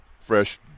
Fresh